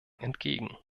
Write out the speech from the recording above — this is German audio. entgegen